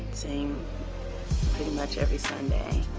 singing pretty much every sunday.